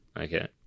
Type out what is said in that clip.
Okay